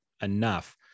enough